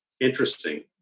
Interesting